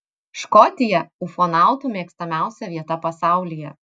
škotija ufonautų mėgstamiausia vieta pasaulyje